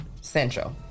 Central